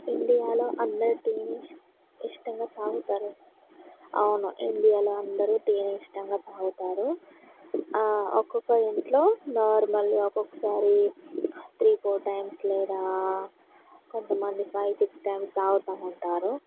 ఇండియాలో అందరు టీని ఇస్ట్ ఇష్టంగా తాగుతారు అవును ఇండియాలో అందరు టీని ఇష్టంగా తాగుతారు ఒక్కొక్కరి ఇంట్లో నార్మల్గా ఒక్కొక్కసారి త్రీ ఫోర్ టైమ్స్ లేదా కొంతమంది ఫైవ్ సిక్స్ టైమ్స్ తాగుతు ఉంటారు